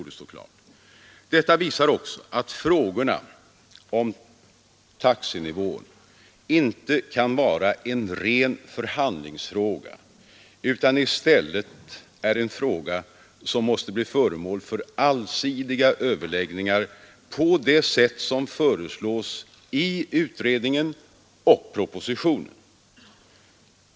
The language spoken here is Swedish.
Detta visar också att frågorna om taxenivån inte kan vara en ren förhandlingsfråga utan i stället är en fråga som måste bli föremål för allsidiga överläggningar på det sätt som föreslås i utredningen och propositionen.